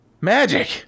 Magic